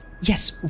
Yes